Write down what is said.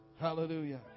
Hallelujah